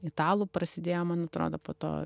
italų prasidėjo man atrodo po to